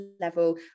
level